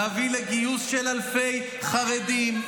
להביא לגיוס של אלפי חרדים,